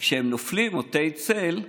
כשהם נופלים עוטי צל,